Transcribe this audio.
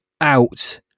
out